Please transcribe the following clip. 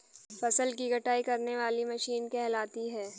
फसल की कटाई करने वाली मशीन कहलाती है?